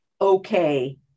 okay